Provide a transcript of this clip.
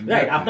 Right